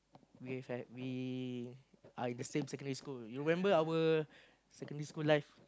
we had we are in the same secondary school you remember our secondary school life